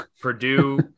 Purdue